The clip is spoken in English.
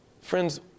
Friends